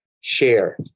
share